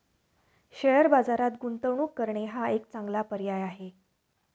share बाजारात गुंतवणूक करणे हा एक चांगला पर्याय आहे